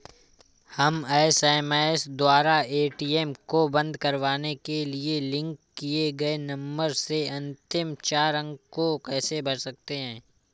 हम एस.एम.एस द्वारा ए.टी.एम को बंद करवाने के लिए लिंक किए गए नंबर के अंतिम चार अंक को कैसे भर सकते हैं?